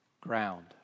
ground